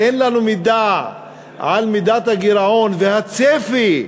אין לנו מידע על מידת הגירעון והצפי,